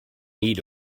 need